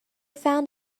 found